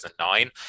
2009